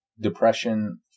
depression